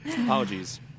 Apologies